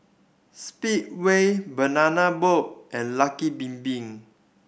Speedway Banana Boat and Lucky Bin Bin